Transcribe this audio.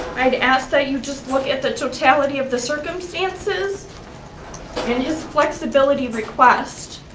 i'd ask that you just look at the totality of the circumstances and his flexibility request,